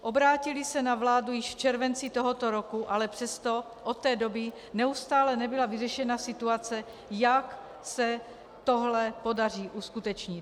Obrátily se na vládu již v červenci tohoto roku, ale přesto od té doby neustále nebyla vyřešena situace, jak se tohle podaří uskutečnit.